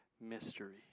mystery